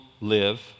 live